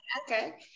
Okay